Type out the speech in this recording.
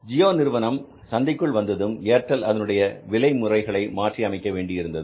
ஜியோ நிறுவனம் சந்தைக்குள் வந்ததும் ஏர்டெல் அதனுடைய விலை முறைகளை மாற்றி அமைக்க வேண்டி இருந்தது